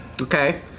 Okay